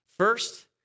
First